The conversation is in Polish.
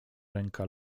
ręka